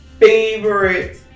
favorite